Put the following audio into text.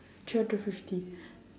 three hundred fifty